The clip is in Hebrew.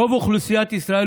רוב אוכלוסיית ישראל,